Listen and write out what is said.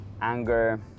anger